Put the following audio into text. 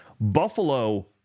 Buffalo—